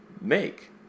make